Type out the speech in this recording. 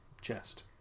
chest